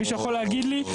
מישהו יכול להגיד לי?